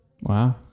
Wow